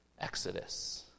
Exodus